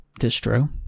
distro